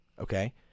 okay